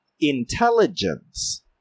Intelligence